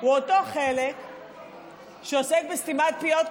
הוא אותו חלק שעוסק בסתימת פיות,